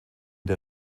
der